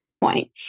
point